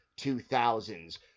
2000s